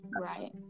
Right